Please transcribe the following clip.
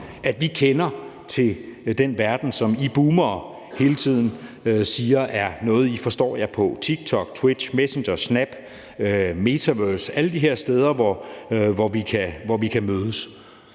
at vi kender til den verden, som I boomere hele tiden siger er noget, I forstår jer på – TikTok, Twitch, Messenger, Snapchat, Metaverse, alle de her steder, hvor vi kan mødes?